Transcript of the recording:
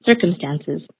circumstances